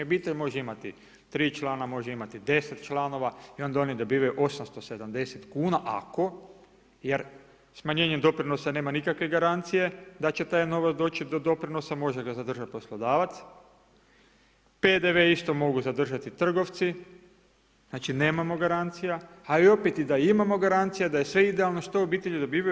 Obitelj može imati tri člana, može imati 10 članova i onda oni dobivaju 870 kuna, ako, jer smanjenjem doprinosa nema nikakve garancije da će taj novac doći do doprinosa, može ga zadržat poslodavac, PDV isto mogu zadržati trgovci, znači nemamo garancija, a i opet i da imamo garancija, da je sve idealno, što obitelji dobivaju?